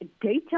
data